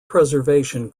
preservation